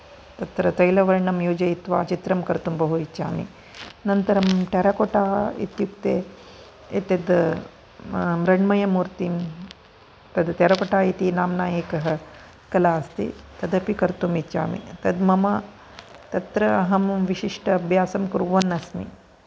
तत्र तैलवर्णं योजयित्वा चित्रं कर्तुं बहु इच्छामि अनन्तरं टेरकोट्टा इत्युक्ते एतद् मृण्मयमूर्तिं तद् टेरेकोट्टा इति नाम्नः एकः कला अस्ति तदपि कर्तुं इच्छामि तद् मम तत्र अहं विशिष्ट अभ्यासं कुर्वन् अस्मि